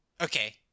Okay